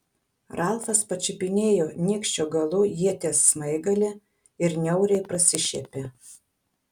ralfas pačiupinėjo nykščio galu ieties smaigalį ir niauriai prasišiepė